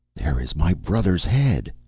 there is my brother's head!